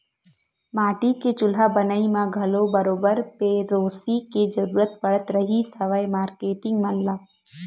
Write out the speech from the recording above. माटी के चूल्हा बनई म घलो बरोबर पेरोसी के जरुरत पड़त रिहिस हवय मारकेटिंग मन ल